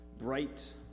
bright